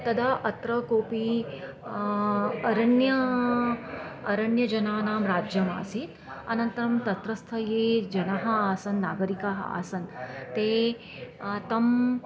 तदा अत्र कोपि अरण्य अरण्यजनानां राज्यमासीत् अनन्तरं तत्रस्थ ये जनः आसन् नागरिकाः आसन् ते तम्